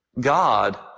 God